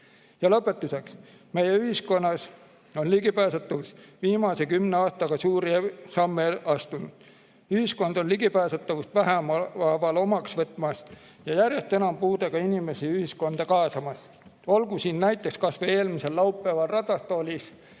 Ja lõpetuseks. Meie ühiskonnas on ligipääsetavus viimase kümne aastaga suuri samme astunud. Ühiskond on ligipääsetavust vähehaaval omaks võtmas ja järjest enam puudega inimesi ühiskonda kaasamas. Olgu siin näiteks kas või eelmisel laupäeval ratastoolis